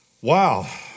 Wow